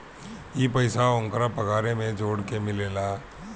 ई पइसा ओन्करा पगारे मे जोड़ के मिलेला